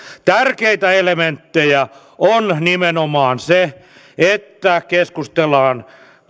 tärkeitä elementtejä on nimenomaan se että keskustellaan